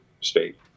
state